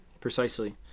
precisely